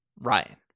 Ryan